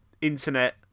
internet